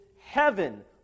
heaven